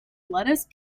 lettuce